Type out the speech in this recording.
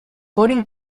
voting